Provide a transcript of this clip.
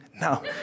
No